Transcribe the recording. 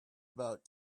about